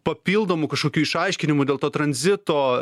papildomų kažkokių išaiškinimų dėl to tranzito